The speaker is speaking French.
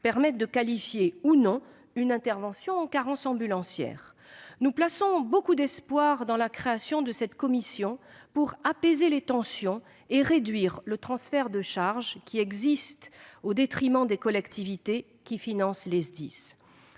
permettent de qualifier ou non une intervention en carence ambulancière. Nous plaçons beaucoup d'espoir dans la création de cette commission pour apaiser les tensions et réduire le transfert de charges qui existe au détriment des collectivités qui financent les SDIS.